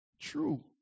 True